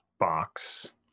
box